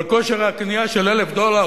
אבל כושר הקנייה של 1,000 דולר,